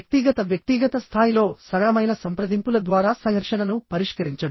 వ్యక్తిగతవ్యక్తిగత స్థాయిలో సరళమైన సంప్రదింపుల ద్వారా సంఘర్షణను పరిష్కరించడం